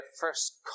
first